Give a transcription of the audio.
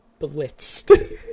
Blitzed